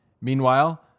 Meanwhile